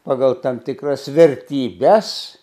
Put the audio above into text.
pagal tam tikras vertybes